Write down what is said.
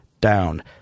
down